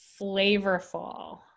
flavorful